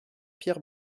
pierre